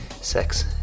sex